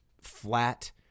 flat